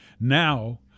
Now